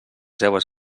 seues